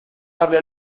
darle